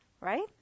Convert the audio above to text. Right